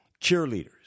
cheerleaders